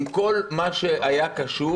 עם כל מה שהיה קשור